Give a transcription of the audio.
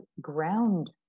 ground